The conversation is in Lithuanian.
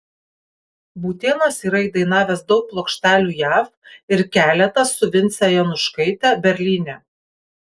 būtėnas yra įdainavęs daug plokštelių jav ir keletą su vince januškaite berlyne